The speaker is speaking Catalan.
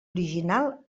original